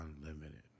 unlimited